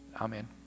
amen